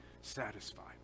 satisfied